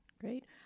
Great